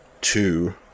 two